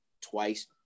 twice